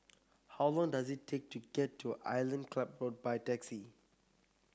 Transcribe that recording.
how long does it take to get to Island Club Road by taxi